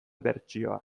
bertsioak